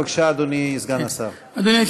בבקשה, אדוני סגן השר.